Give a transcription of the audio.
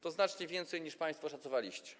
To znacznie więcej, niż państwo szacowaliście.